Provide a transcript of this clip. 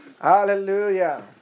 Hallelujah